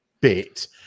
bit